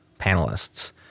panelists